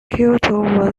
kyoto